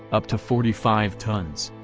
up to forty five tons.